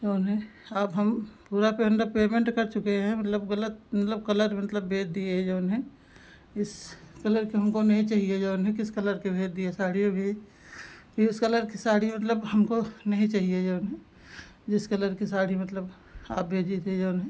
जो है अब हम पूरा मतलब पेमेन्ट कर चुके हैं मतलब गलत मतलब कलर मतलब भेज दिए हैं जो है इस कलर की हमको नहीं चहिए जो है किस कलर के भेज दिए साड़ी अभी यह उस कलर की साड़ी मतलब हमको नहीं चाहिए जो है जिस कलर की साड़ी मतलब आप भेजी थी जो है